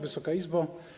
Wysoka Izbo!